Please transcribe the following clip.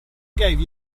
gave